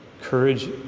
courage